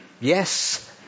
Yes